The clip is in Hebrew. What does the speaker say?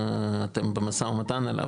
אתם במשא ומתן עליו,